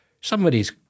somebody's